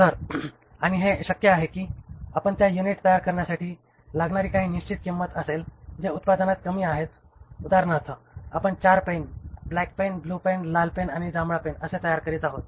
तर आणि हे शक्य आहे की आपण त्या युनिट तयार करण्यासाठी लागणारी काही निश्चित किंमत असेल जे उत्पादनात कमी आहेत उदाहरणार्थ आपण 4 pen black pen blue pen लाल आणि जांभळा असे तयार करीत आहोत